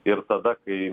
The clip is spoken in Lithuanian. ir tada kai